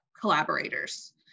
collaborators